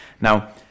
Now